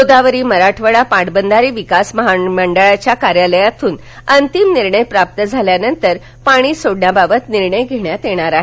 गोदावरी मराठवाडा पाटबंधारे विकास महामंडळाच्या कार्यालयातून अंतिम निर्णय प्राप्त झाल्यानंतर पाणी सोडण्याबाबत निर्णय घेण्यात येणार आहे